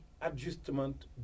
adjustment